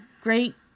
great